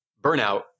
burnout